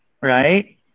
right